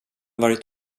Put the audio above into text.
varit